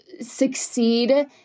succeed